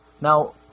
Now